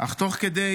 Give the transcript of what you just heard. אך תוך כדי